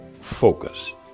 focus